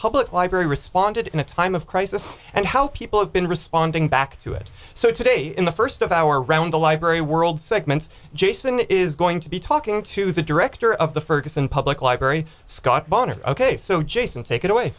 public library responded in a time of crisis and help people have been responding back to it so today in the first of our around the library world segments jason is going to be talking to the director of the ferguson public library scott boner ok so jason take it away